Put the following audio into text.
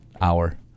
hour